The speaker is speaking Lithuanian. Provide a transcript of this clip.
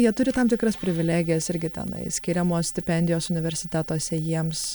jie turi tam tikras privilegijas irgi tenai skiriamos stipendijos universitetuose jiems